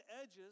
edges